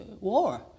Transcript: war